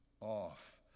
off